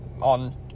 on